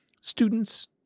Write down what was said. students